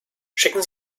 schicken